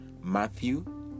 Matthew